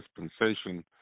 dispensation